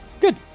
Good